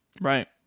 Right